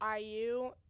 IU